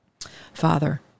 Father